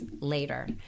later